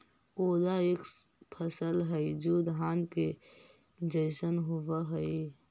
कोदो एक फसल हई जो धान के जैसन होव हई